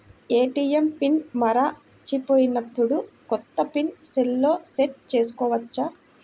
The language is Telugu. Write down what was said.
ఏ.టీ.ఎం పిన్ మరచిపోయినప్పుడు, కొత్త పిన్ సెల్లో సెట్ చేసుకోవచ్చా?